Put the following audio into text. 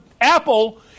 Apple